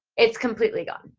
it's completely gone.